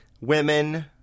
Women